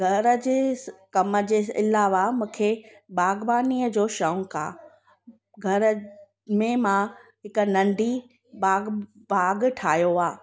घर जे स कम जे अलावा मूंखे बाग़बानीअ जो शौक़ु आहे घर में मां हिकु नंढी बाग़ बाग़ ठाहियो आहे